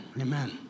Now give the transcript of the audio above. Amen